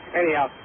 Anyhow